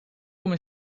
come